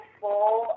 full